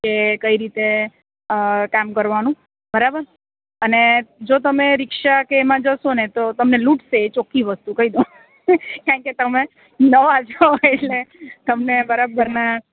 કે કઈ રીતે કામ કરવાનું બરાબર અને જો તમે રિક્ષા કે એમાં જશોને તો તમને લૂંટશે એ ચોક્ખી વસ્તુ કહી દઉ કેમ કે તમે નવા છો એટલે તમને બરાબર ના